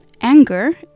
anger